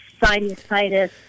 sinusitis